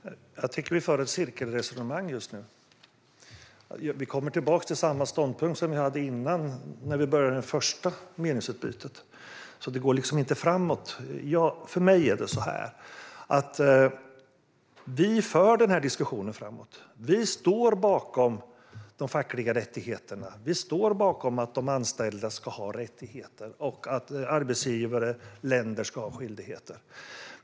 Herr talman! Jag tycker att vi för ett cirkelresonemang nu. Vi kommer tillbaka till samma ståndpunkt som vi hade när vi inledde det första meningsutbytet. Det går liksom inte framåt. För mig är det så här: Vi för denna diskussion framåt. Vi står bakom de fackliga rättigheterna, att de anställda ska ha rättigheter och att arbetsgivare och länder ska ha skyldigheter.